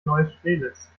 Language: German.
neustrelitz